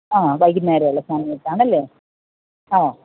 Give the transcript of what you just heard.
ആ വൈകുന്നേരം ഉള്ള സമയത്താണല്ലേ ഓ